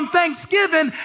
Thanksgiving